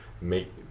make